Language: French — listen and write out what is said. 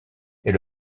est